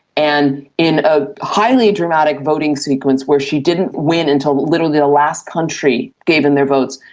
and in a highly dramatic voting sequence where she didn't win until literally the last country gave in their votes,